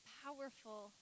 powerful